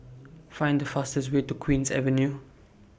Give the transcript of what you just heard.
Find The fastest Way to Queen's Avenue